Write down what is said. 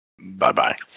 Bye-bye